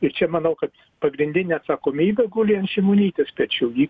ir čia manau kad pagrindinė atsakomybė guli ant šimonytės pečių ji